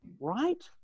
right